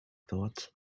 thought